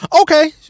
okay